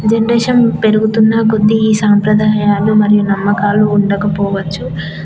generation పెరుగుతున్నా కొద్దీ ఈ సాంప్రదాయాలు మరియు నమ్మకాలు ఉండకపోవచ్చు